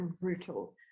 brutal